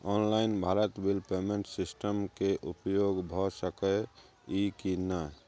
Online Bharat bill payment system के उपयोग भ सके इ की नय?